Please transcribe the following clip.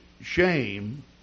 shame